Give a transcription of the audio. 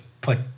put